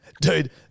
Dude